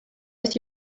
worth